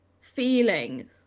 feeling